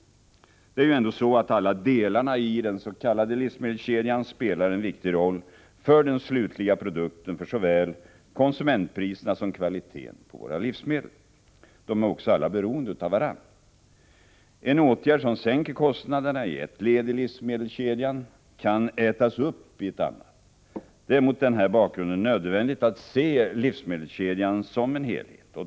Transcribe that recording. Alla delarna i den s.k. livsmedelskedjan spelar ju en viktig roll för den slutliga produkten beträffande såväl konsumentpriserna som kvaliteten på våra livsmedel. De är också alla beroende av varandra. En åtgärd som sänker kostnaderna i ett visst led i livsmedelskedjan kan ”ätas upp” i ett annat. Det är mot denna bakgrund nödvändigt att se livsmedelskedjan som en helhet.